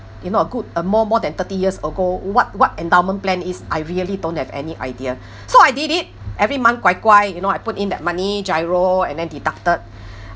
you know a good uh more more than thirty years ago what what endowment plan is I really don't have any idea so I did it every month guai guai you know I put in that money GIRO and then deducted